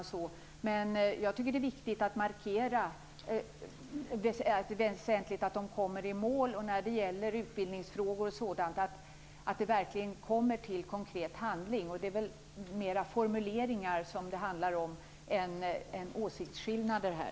Jag tycker ändå att det är viktigt att markera att det är väsentligt att de kommer i mål och att det i fråga om utbildningsfrågor verkligen kommer till konkret handling. Det handlar väl här mer om olika formuleringar än om åsiktsskillnader.